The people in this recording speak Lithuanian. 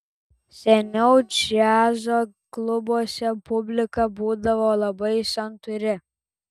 seniau džiazo klubuose publika būdavo labai santūri